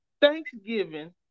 Thanksgiving